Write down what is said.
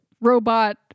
robot